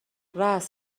رآس